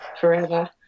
forever